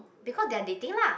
because they are dating lah